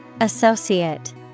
Associate